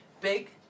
big